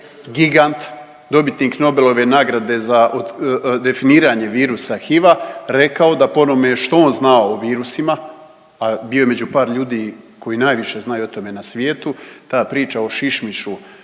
gigant, dobitnik Nobelove nagrade za definiranje virusa HIV-a rekao da po onome što on zna o virusima, a bio je među par ljudi koji najviše znaju o tome na svijetu, ta priča o šišmišu